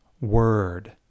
word